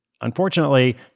Unfortunately